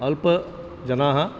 अल्पजनाः